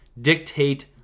dictate